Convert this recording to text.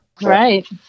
Right